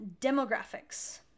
demographics